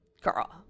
girl